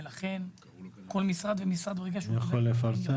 ולכן כל משרד ומשרד יכול לאייש.